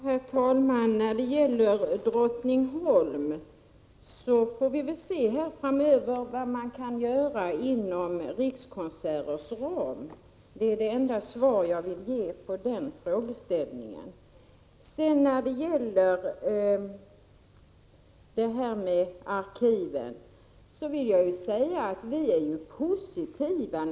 Herr talman! När det gäller Drottningholm får vi väl se framöver vad man kan göra inom Rikskonserters ram. Det är det enda svar jag vill ge på den frågan. Sedan vill jag säga att vi naturligtvis är positiva till arkiven. Inte minst får biblioteksdelen resurser i propositionen och dessutom medel från forskningspropositionen.